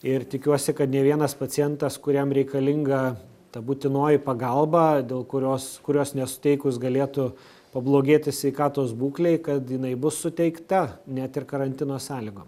ir tikiuosi kad nė vienas pacientas kuriam reikalinga ta būtinoji pagalba dėl kurios kurios nesuteikus galėtų pablogėti sveikatos būklė kad jinai bus suteikta net ir karantino sąlygom